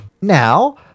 now